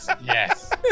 Yes